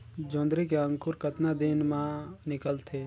जोंदरी के अंकुर कतना दिन मां निकलथे?